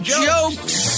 jokes